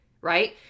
Right